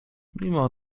mimo